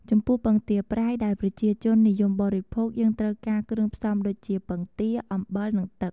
ចំពោះពងទាប្រៃ ដែលប្រជាជននិយមបរិភោគ យើងត្រូវការគ្រឿងផ្សំដូចជា ពងទា អំបិល និងទឹក។